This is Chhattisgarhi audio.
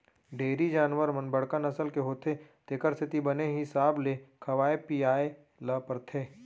डेयरी के जानवर मन बड़का नसल के होथे तेकर सेती बने हिसाब ले खवाए पियाय ल परथे